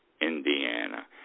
Indiana